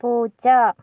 പൂച്ച